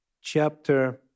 chapter